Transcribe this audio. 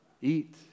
eat